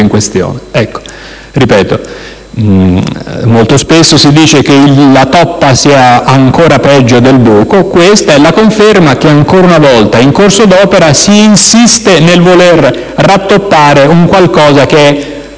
in questione. Molto spesso si dice che la toppa sia ancora peggio del buco. Questa è la conferma che, ancora una volta in corso d'opera, si insiste nel voler rattoppare un qualcosa che è